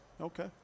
Okay